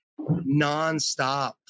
nonstop